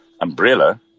umbrella